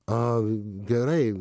a gerai